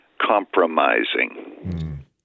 compromising